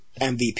MVP